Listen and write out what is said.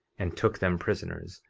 and took them prisoners,